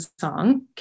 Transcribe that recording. Song